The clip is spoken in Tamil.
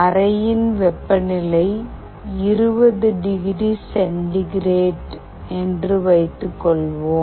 அறையின் வெப்பநிலை 20 டிகிரி சென்டிகிரேட் என்று வைத்துக்கொள்வோம்